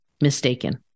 mistaken